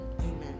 amen